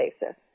basis